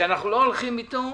שאנחנו לא הולכים איתו,